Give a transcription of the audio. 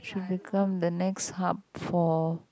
can become the next up for